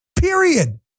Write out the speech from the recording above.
period